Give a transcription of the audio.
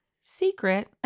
secret